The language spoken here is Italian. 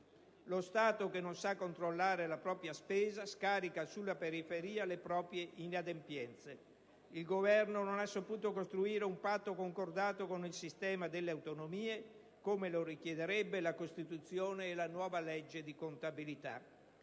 Lo Stato che non sa controllare la propria spesa scarica sulla periferia le proprie inadempienze. Il Governo non ha saputo costruire un patto concordato con il sistema delle autonomie, come lo richiederebbero la Costituzione e la nuova legge di contabilità.